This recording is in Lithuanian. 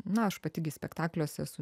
na aš pati gi spektakliuose esu